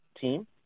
team